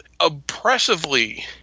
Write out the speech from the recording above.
oppressively